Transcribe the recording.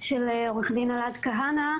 של עו"ד אלעד כהנא.